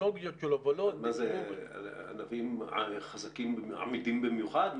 ענבים עמידים במיוחד?